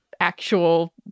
actual